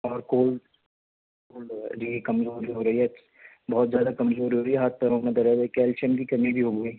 اور cold cold ہو گیا جی کمزوری ہو رہی ہے بہت زیادہ کمزوری ہو رہی ہے ہاتھ پیروں میں درد ہے کیلشیم کی کمی بھی ہو گئی